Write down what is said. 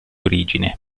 origine